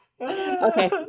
Okay